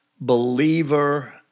believer